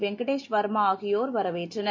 வெங்கடேஷ் வர்மா ஆகியோர் வரவேற்றனர்